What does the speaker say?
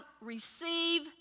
receive